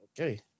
Okay